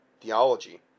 theology